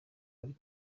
ari